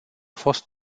fost